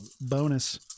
Bonus